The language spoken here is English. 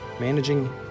Managing